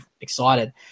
excited